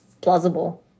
plausible